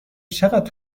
چقدر